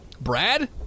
Brad